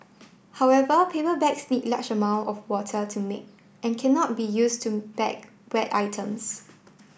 however paper bags need large amount of water to make and cannot be used to bag wet items